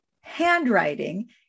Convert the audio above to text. handwriting